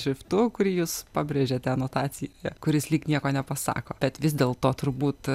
šriftu kurį jūs pabrėžėte anotacijoje kuris lyg nieko nepasako bet vis dėlto turbūt